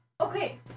okay